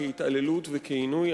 כהתעללות וכעינוי,